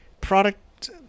product